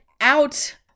out